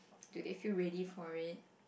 do they feel ready for it